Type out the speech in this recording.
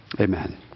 Amen